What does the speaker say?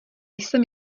jsem